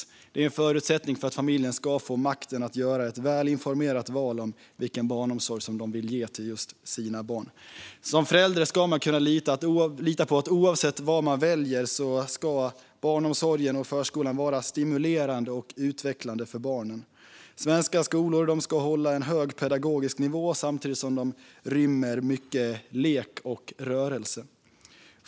Detta är en förutsättning för att familjen ska få makten att göra ett välinformerat val om vilken barnomsorg de vill ge sina barn. Som förälder ska man kunna lita på att barnomsorgen och förskolan, oavsett vad man väljer, ska vara stimulerande och utvecklande för barnen. Svenska skolor ska hålla en hög pedagogisk nivå samtidigt som de rymmer mycket lek och rörelse.